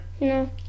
No